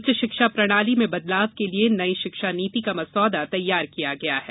उच्च शिक्षा प्रणाली में बदलाव के लिये नई शिक्षा नीति का मसौदा तैयार किया गया है